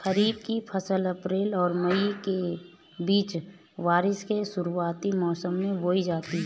खरीफ़ की फ़सल अप्रैल और मई के बीच, बारिश के शुरुआती मौसम में बोई जाती हैं